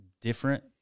different